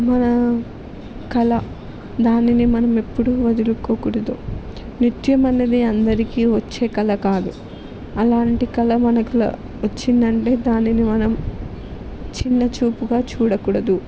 మన కళ దానిని మనం ఎప్పుడూ వదులుకోకూడదు నృత్యం అనేది అందరికీ వచ్చే కళ కాదు అలాంటి కళ మనకు ల వచ్చిందంటే దానిని మనం చిన్న చూపుగా చూడకూడదు